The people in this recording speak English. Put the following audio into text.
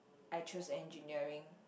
I chose engineering